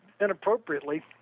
inappropriately